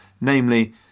namely